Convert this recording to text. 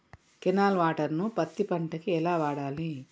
Canal water ను పత్తి పంట కి ఎలా వాడాలి?